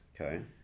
Okay